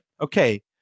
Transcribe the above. Okay